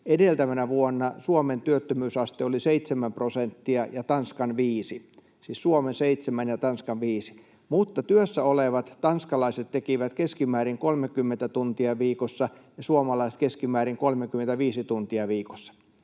edeltävänä vuonna Suomen työttömyysaste oli 7 prosenttia ja Tanskan 5, siis Suomen 7 ja Tanskan 5, mutta työssä olevat tanskalaiset tekivät keskimäärin 30 tuntia viikossa ja suomalaiset keskimäärin 35 tuntia viikossa.